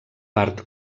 part